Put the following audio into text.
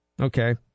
Okay